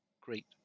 Great